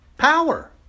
power